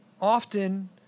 often